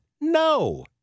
No